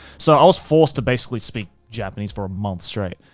so i was forced to basically speak japanese for a month straight.